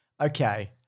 okay